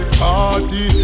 party